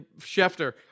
Schefter